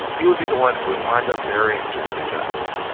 he would be the one who would wind up burying jimmie lee jackson.